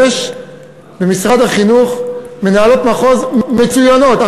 יש במשרד החינוך מנהלות מחוז מצוינות,